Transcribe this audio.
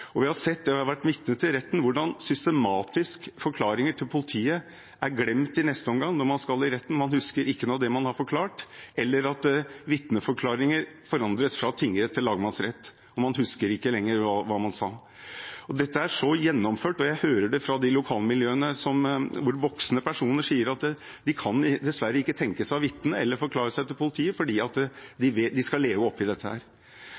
og man har fått vite hvem som har gjort det. Vi har også sett – jeg har vært vitne til det i retten – hvordan forklaringer til politiet systematisk er glemt i neste omgang, når man skal i retten, man husker ikke noe av det man har forklart, eller at vitneforklaringer forandres fra tingrett til lagmannsrett, og man husker ikke lenger hva man sa. Dette er så gjennomført, og jeg hører at voksne personer fra de lokalmiljøene sier at de dessverre ikke kan tenke seg å vitne eller forklare seg til politiet, fordi de skal leve i dette,